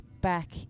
back